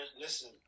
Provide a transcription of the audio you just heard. listen